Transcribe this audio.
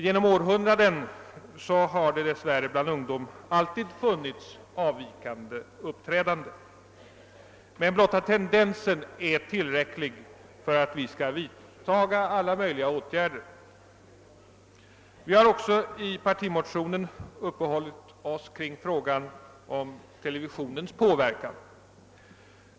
Genom århundraden har det dess värre förekommit avvikande uppträdanden bland ungdomar, men blotta tendensen är tillräcklig för att vi skall vidta alla möjliga åtgärder. Vi har i partimotionen också uppehållit oss vid frågan om televisionens påverkan.